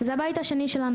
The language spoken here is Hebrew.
זה הבית השני שלנו,